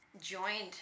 joined